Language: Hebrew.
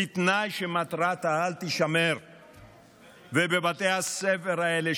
בתנאי שמטרת-העל תישמר ובבתי הספר האלה,